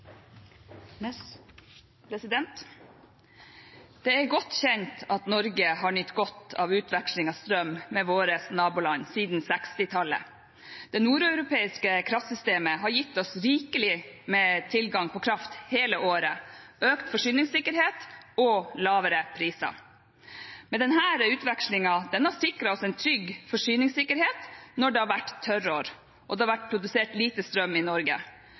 utveksling av strøm mellom våre naboland siden 1960-tallet. Det nordeuropeiske kraftsystemet har gitt oss rikelig tilgang på kraft hele året, økt forsyningssikkerhet og lavere priser. Denne utvekslingen har sikret oss en trygg forsyningssikkerhet når det har vært tørrår og blitt produsert lite strøm i.